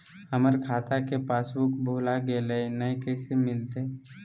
हमर खाता के पासबुक भुला गेलई, नया कैसे मिलतई?